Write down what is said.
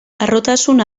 harrotasun